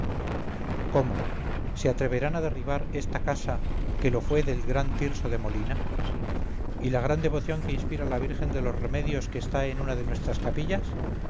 cómo se atreverán a derribar esta casa que lo fue del gran tirso de molina y la gran devoción que inspira la virgen de los remedios que está en una de nuestras capillas